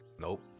Nope